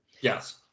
Yes